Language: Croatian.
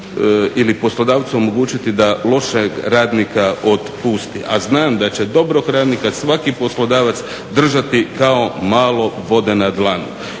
ili poslodavcu omogućiti da lošeg radnika otpusti, a znam da će dobrog radnika svaki poslodavac držati kao malo vode na dlanu.